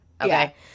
okay